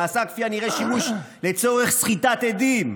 נעשה כפי הנראה שימוש לצורך סחיטת עדים.